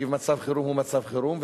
כי מצב חירום הוא מצב חירום,